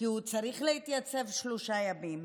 כי הוא צריך להתייצב לשלושה ימים.